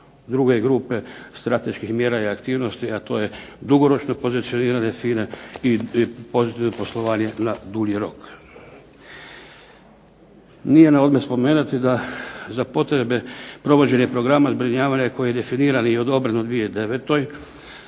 druge grupe strateških mjera i aktivnosti, a to je dugoročno pozicioniranje FINA-e i poslovanje na dulji rok. Nije na odmet spomenuti da za potrebe provođenja programa zbrinjavanja koji je definiran i odobren u 2009.,